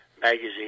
magazine